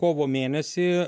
kovo mėnesį